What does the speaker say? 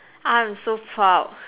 I am so proud